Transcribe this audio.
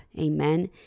Amen